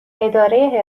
اداره